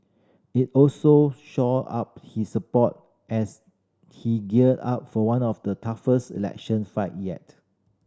it also shore up he support as he gear up for one of his toughest election fight yet